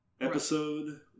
episode